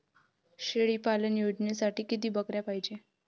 शेळी पालन योजनेसाठी किती बकऱ्या पायजे?